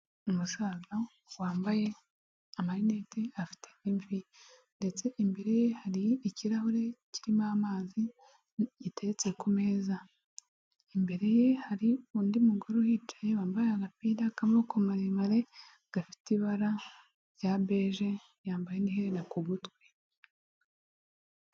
Umusaza wambaye amarinete afite imvi ndetse imbere ye hari ikirahure kirimo amazi giteretse ku meza, imbere ye hari undi mugore uhicaye wambaye agapira k'amaboko maremare gafite ibara rya beje yambaye n'iherena ku gutwi.